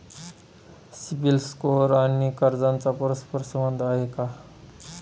CIBIL score आणि कर्जाचा परस्पर संबंध आहे का?